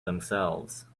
themselves